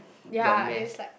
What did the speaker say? your mess